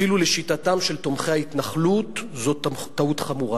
אפילו לשיטתם של תומכי ההתנחלות זו טעות חמורה.